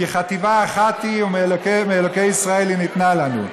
כי חטיבה אחת היא ומאלוקי ישראל היא ניתנה לנו.